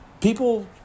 people